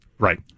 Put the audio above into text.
Right